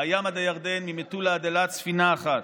מהים עד הירדן, ממטולה עד אילת, ספינה אחת.